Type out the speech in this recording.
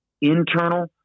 internal